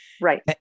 Right